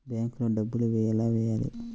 బ్యాంక్లో డబ్బులు ఎలా వెయ్యాలి?